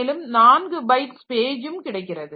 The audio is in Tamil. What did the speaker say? மேலும் 4 பைட்ஸ் பேஜும் கிடைக்கிறது